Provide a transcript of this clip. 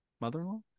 mother-in-law